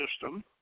system